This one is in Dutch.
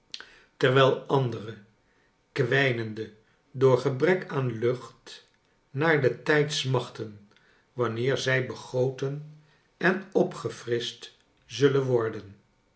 terwijl andere kwijnende door gebrek aan lucht naar den tijdsmachten wanneer zij begoten en opgefrischt zullen worden